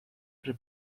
per